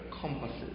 compasses